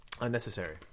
unnecessary